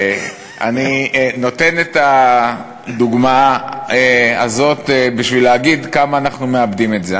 אני נותן את הדוגמה הזאת בשביל להגיד כמה אנחנו מאבדים את זה.